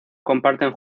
comparten